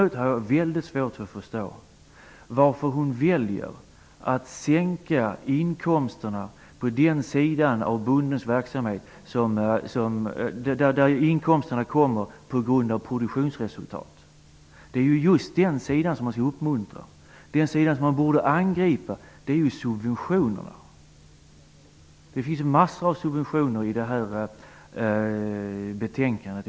Men jag har väldigt svårt att förstå varför Margareta Winberg väljer att minska inkomsterna på den sida av bondens verksamhet där inkomsterna är relaterade till produktionsresultatet. Det är ju just den sidan som skall uppmuntras. Den sida som i stället borde angripas är subventionerna. I betänkandet talas det om en mängd subventioner.